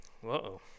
Whoa